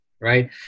right